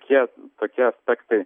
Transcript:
tie tokie aspektai